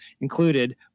included